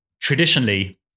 traditionally